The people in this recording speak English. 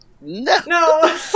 No